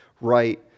right